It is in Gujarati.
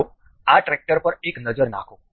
બીજો આ ટ્રેક્ટર પર એક નજર નાખો